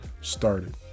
started